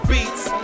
Beats